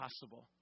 possible